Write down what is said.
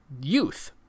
youth